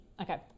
Okay